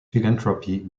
philanthropy